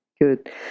good